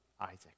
Isaac